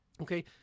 Okay